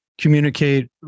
communicate